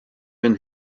been